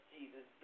Jesus